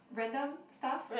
random stuff